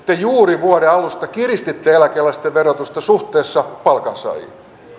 te juuri vuoden alusta kiristitte eläkeläisten verotusta suhteessa palkansaajiin